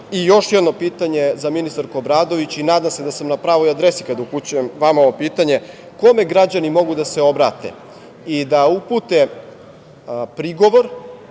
jedno pitanje za ministarku Obradović i nadam se da sam na pravoj adresi kada upućujem ovo pitanje - kome građani mogu da se obrate i da upute prigovor